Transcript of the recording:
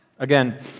Again